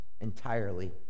entirely